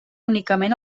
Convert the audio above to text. únicament